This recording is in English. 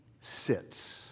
sits